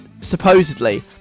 supposedly